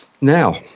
Now